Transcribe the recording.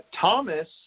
Thomas